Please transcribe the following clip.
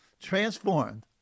Transformed